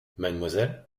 mademoiselle